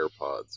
AirPods